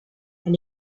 and